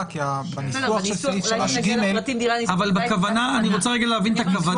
כי הוויכוח של סעיף 3ג -- אבל אני רוצה להבין את הכוונה.